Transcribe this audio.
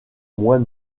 moins